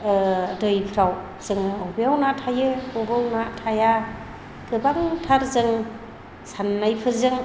दैफ्राव जोङो अबेयाव ना थायो अबाव ना थाया गोबांथार जों साननायफोरजों